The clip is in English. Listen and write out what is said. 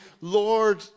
Lord